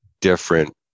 different